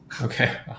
Okay